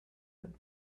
him